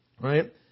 Right